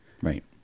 right